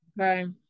Okay